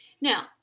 Now